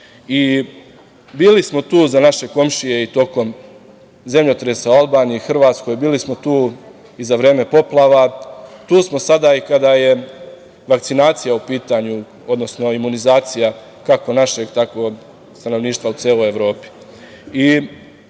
smo tu za naše komšije i tokom zemljotresa u Albaniji i Hrvatskoj, bili smo tu za vreme poplava, a tu smo sada i kada je vakcinacija u pitanju, odnosno imunizacija, kako našeg, tako i stanovništva u celoj Evropi. Ono